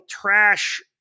trash